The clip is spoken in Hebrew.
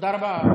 תודה רבה.